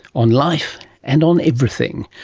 on life and on everything,